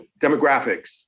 demographics